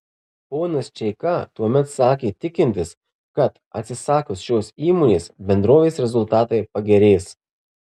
ponas čeika tuomet sakė tikintis kad atsisakius šios įmonės bendrovės rezultatai pagerės